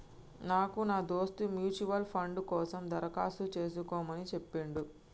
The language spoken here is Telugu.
నాకు నా దోస్త్ మ్యూచువల్ ఫండ్ కోసం దరఖాస్తు చేసుకోమని చెప్పిండు